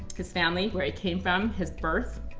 his family, where he came from, his birth,